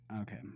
Okay